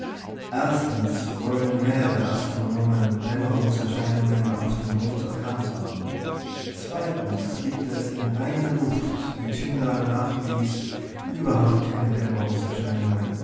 erstens wollen mehrere astronomen dämmerungserscheinungen auf dem mond erkannt haben zweitens gibt es in reiner luft wie tyndall nachwies überhaupt keine